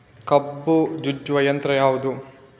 ಕಬ್ಬು ಜಜ್ಜುವ ಯಂತ್ರ ಯಾವುದು?